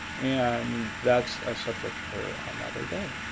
and that's a subject for another day.